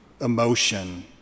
emotion